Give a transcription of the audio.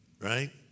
Right